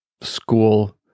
School